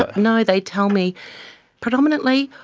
ah no, they tell me predominantly,